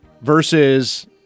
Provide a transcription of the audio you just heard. versus